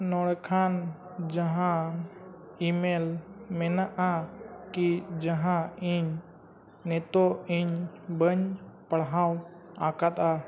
ᱱᱚᱝᱠᱟᱱ ᱡᱟᱦᱟᱱ ᱤᱼᱢᱮᱞ ᱢᱮᱱᱟᱜᱼᱟ ᱠᱤ ᱡᱟᱦᱟᱸ ᱤᱧ ᱱᱤᱛᱳᱜ ᱤᱧ ᱵᱟᱹᱧ ᱯᱟᱲᱦᱟᱣ ᱟᱠᱟᱫᱟ